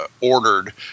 ordered